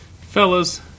Fellas